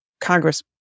Congress